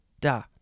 da